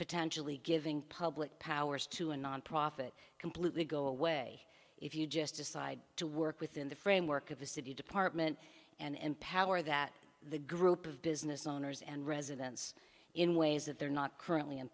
potentially giving public powers to a nonprofit completely go away if you just decide to work within the framework of the city department and empower that the group of business owners and residents in ways that they're not currently